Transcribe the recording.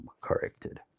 corrected